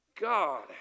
God